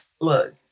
look